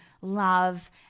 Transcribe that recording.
love